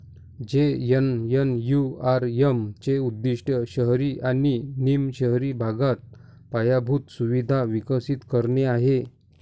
JNNURM चे उद्दीष्ट शहरी आणि निम शहरी भागात पायाभूत सुविधा विकसित करणे आहे